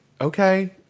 okay